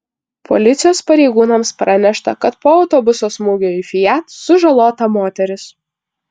policijos pareigūnams pranešta kad po autobuso smūgio į fiat sužalota moteris